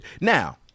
now